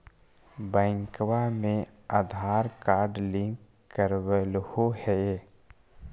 बैंकवा मे Aadhaar card link करवैलहो है?